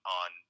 on